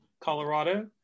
Colorado